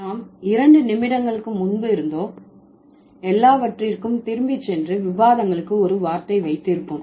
நாம் இரண்டு நிமிடங்களுக்கு முன்பு இருந்தோ எல்லாவற்றிற்கும் திரும்பி சென்று விவாதங்களுக்கு ஒரு வார்த்தை வைத்திருப்போம்